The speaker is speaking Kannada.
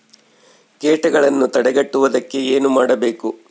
ಕೇಟಗಳನ್ನು ತಡೆಗಟ್ಟುವುದಕ್ಕೆ ಏನು ಮಾಡಬೇಕು?